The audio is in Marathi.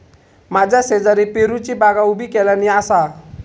माझ्या शेजारी पेरूची बागा उभी केल्यानी आसा